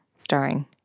Starring